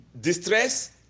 distress